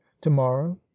to-morrow